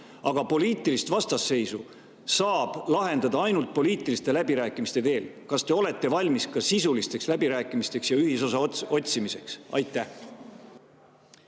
aga poliitilist vastasseisu saab lahendada ainult poliitiliste läbirääkimiste teel. Kas te olete valmis ka sisulisteks läbirääkimisteks ja ühisosa otsimiseks? Jah,